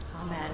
Amen